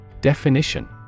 Definition